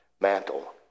mantle